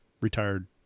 retired